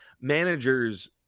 managers